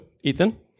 Ethan